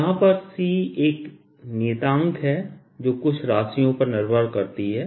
यहां पर C एक नियतांक है जो कुछ राशियों पर निर्भर करती है